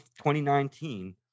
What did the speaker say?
2019